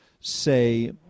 say